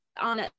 on